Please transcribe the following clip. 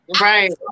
right